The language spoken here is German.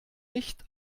nicht